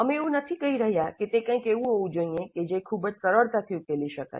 અમે એવું નથી કહી રહ્યા કે તે કંઈક એવું હોવું જોઈએ કે જે ખૂબ જ સરળતાથી ઉકેલી શકાય